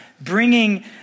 bringing